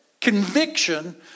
conviction